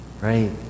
right